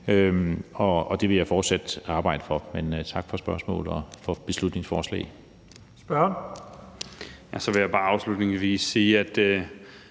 og det vil jeg fortsat arbejde for. Men tak for spørgsmålet og for beslutningsforslaget.